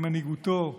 במנהיגותו,